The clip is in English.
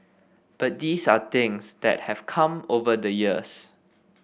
but these are things that have come over the years